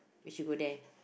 wish you were there